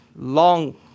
Long